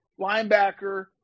linebacker